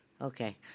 Okay